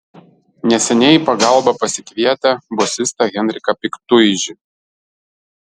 neseniai į pagalbą pasikvietę bosistą henriką piktuižį